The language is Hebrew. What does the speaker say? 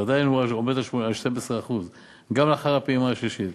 אבל עדיין הוא עומד על 12% גם לאחר הפעימה השלישית.